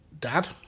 dad